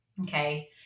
Okay